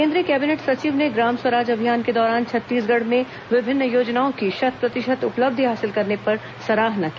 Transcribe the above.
केंद्रीय केबिनेट सचिव ने ग्राम स्वराज अभियान के दौरान छत्तीसगढ़ में विभिन्न योजनाओं की शत प्रतिशत उपलब्धि हासिल करने पर सराहना की